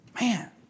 Man